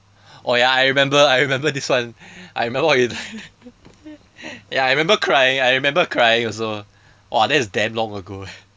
oh ya I remember I remember this one I remember what he doing ya I remember crying I remember crying also !wah! that is damn long ago eh